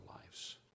lives